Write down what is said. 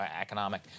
economic